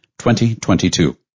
2022